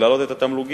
להעלות את התמלוגים,